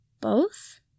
Both